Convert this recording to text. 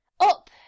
Up